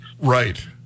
Right